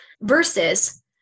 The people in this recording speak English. Versus